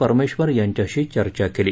परमेश्वर यांच्याशी चर्चा केली